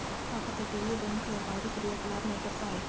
अपतटीय बैंक व्यापारी क्रियाकलाप नहीं करता है